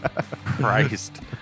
Christ